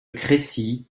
crécy